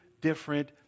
different